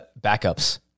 backups